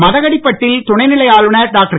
மதகடிப்பட்டில் துணைநிலை ஆளுனர் டாக்டர்